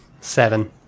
Seven